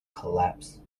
collapse